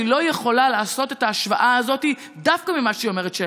והיא לא יכולה לעשות את ההשוואה הזאת דווקא במה שהיא אומרת,